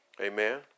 Amen